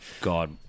God